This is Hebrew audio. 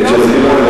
"אל-ג'זירה"